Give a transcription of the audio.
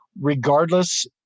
regardless